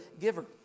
giver